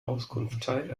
auskunftei